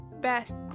best